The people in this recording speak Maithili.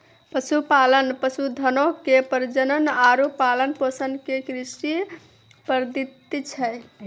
पशुपालन, पशुधनो के प्रजनन आरु पालन पोषण के कृषि पद्धति छै